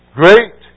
great